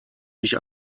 mich